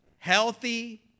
healthy